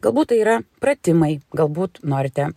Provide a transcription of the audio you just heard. galbūt tai yra pratimai galbūt norite